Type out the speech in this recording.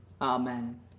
Amen